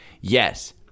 yes